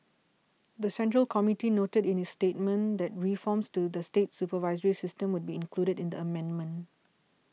the Central Committee noted in its statement that reforms to the state supervisory system would be included in the amendment